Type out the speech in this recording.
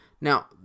Now